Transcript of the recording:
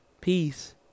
Peace